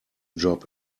job